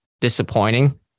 disappointing